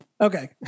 Okay